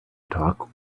talk